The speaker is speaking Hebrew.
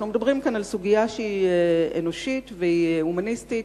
אנחנו מדברים כאן על סוגיה שהיא אנושית והיא הומניסטית,